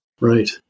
right